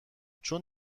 چون